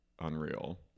unreal